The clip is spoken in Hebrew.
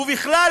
ובכלל,